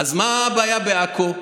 אז מה הבעיה בעכו?